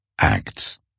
Acts